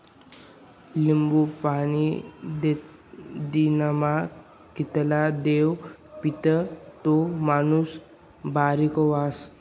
लिंबूनं पाणी दिनमा कितला दाव पीदं ते माणूस बारीक व्हस?